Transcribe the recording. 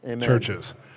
churches